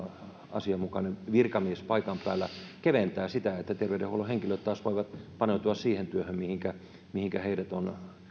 asianmukainen virkamies paikan päällä ja se keventää niin että terveydenhuollon henkilöt taas voivat paneutua siihen työhön mihinkä mihinkä heidät on